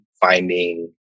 finding